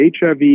HIV